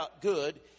good